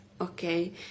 Okay